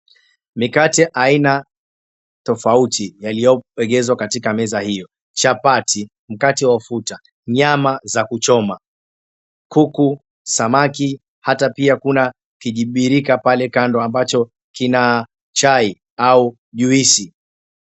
Mikate aina tofauti yaliyoegezwa katika meza hiyo. Chapati, mkate wa ufuta, nyama za kuchoma, kuku, samaki, hata pia kuna kijibirika pale kando ambacho kina chai au juisi.